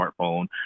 smartphone